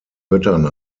göttern